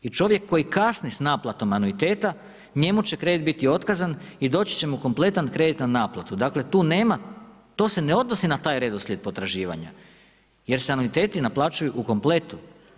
I čovjek koji kasni s naplatom anuiteta, njemu će kredit biti otkazani doći će mu kompletan kredit na naplatu, dakle to se ne odnosi na tad redoslijed potraživanja jer se anuiteti naplaćuju u kompletu.